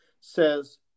says